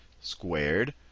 squared